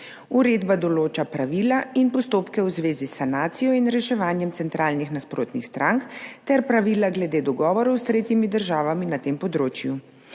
Uredba določa pravila in postopke v zvezi s sanacijo in reševanjem centralnih nasprotnih strank ter pravila glede dogovorov s tretjimi državami na tem področju.